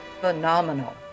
phenomenal